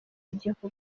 igihugu